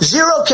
Zero